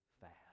fast